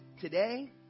today